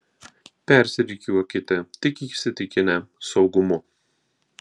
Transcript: persirikiuokite tik įsitikinę saugumu